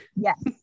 yes